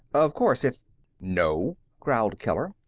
of course, if no, growled keller.